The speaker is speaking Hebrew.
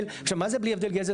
עכשיו, מה זה בלי הבדל גזע?